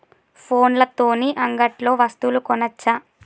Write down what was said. ఫోన్ల తోని అంగట్లో వస్తువులు కొనచ్చా?